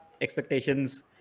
Expectations